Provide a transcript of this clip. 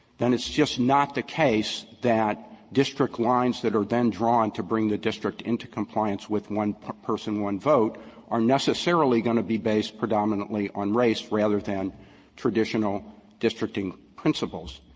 then it's just not the case that district lines that are then drawn to bring the district into compliance with one-person, one-vote are necessarily going to be based predominantly on race rather than traditional districting principles.